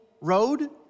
road